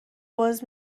باز